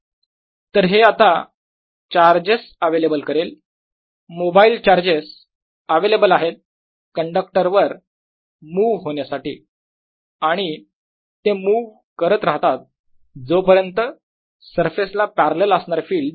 तर हे आता चार्जेस अवेलेबल करेल मोबाईल चार्जेस अवेलेबल आहेत कंडक्टरवर मुव्ह होण्यासाठी आणि ते मुव्ह करत राहतात जोपर्यंत सरफेसला पॅरलल असणारे फिल्ड 0 होत नाही